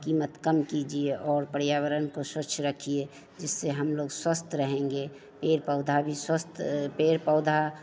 कीमत कम कीजिए और पर्यावरण को स्वच्छ रखिए जिससे हमलोग स्वस्थ रहेंगे पेड़ पौधा भी स्वस्थ पेड़ पौधा